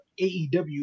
AEW